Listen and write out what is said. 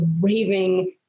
raving